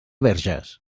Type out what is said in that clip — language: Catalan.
verges